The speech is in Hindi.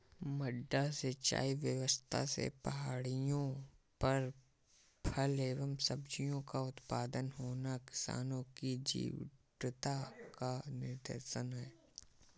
मड्डा सिंचाई व्यवस्था से पहाड़ियों पर फल एवं सब्जियों का उत्पादन होना किसानों की जीवटता का निदर्शन है